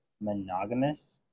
monogamous